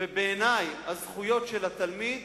ובעיני, הזכויות של התלמיד